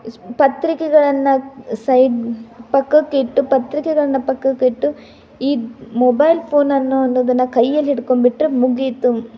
ಪತ್ರಿಕೆಗಳನ್ನು ಸೈಡ್ ಪಕ್ಕಕ್ಕಿಟ್ಟು ಪತ್ರಿಕೆಗಳನ್ನು ಪಕ್ಕಕ್ಕಿಟ್ಟು ಈ ಮೊಬೈಲ್ ಫೋನ್ ಅನ್ನೋ ಅನ್ನುದನ್ನು ಕೈಯಲ್ಲಿ ಹಿಡ್ಕೊಂಡ್ಬಿಟ್ಟರೆ ಮುಗಿತು